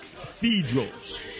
cathedrals